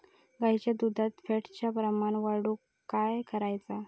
गाईच्या दुधात फॅटचा प्रमाण वाढवुक काय करायचा?